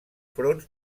front